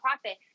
profit